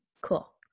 Cool